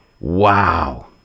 Wow